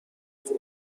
وضعیت